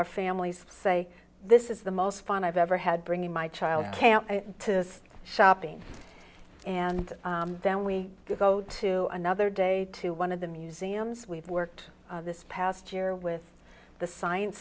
our families say this is the most fun i've ever had bringing my child to shopping and then we go to another day to one of the museums we've worked this past year with the science